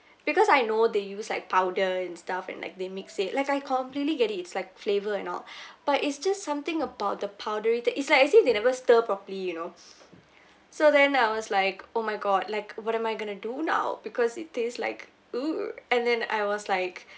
because I know they use like powder and stuff and like they mix it like I completely get it it's like flavour and all but it's just something about the powdery thing it's like as if they never stir properly you know so then I was like oh my god like what am I gonna do now because it taste like ooh and then I was like